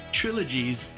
trilogies